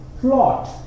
plot